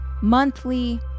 monthly